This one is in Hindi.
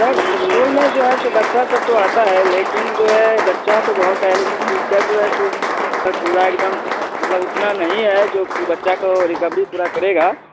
सर स्कूल में जो है सो बच्चा सब तो आता है लेकिन जो है बच्चा तो बहुत है लेकिन टीचर जो है सो पूरा एकदम मतलब उतना नहीं है जो जो बच्चा को रिकवरी पूरा करेगा